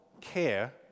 care